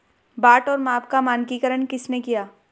बाट और माप का मानकीकरण किसने किया?